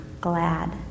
glad